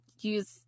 use